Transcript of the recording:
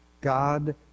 God